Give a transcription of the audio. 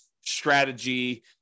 strategy